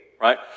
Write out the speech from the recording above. right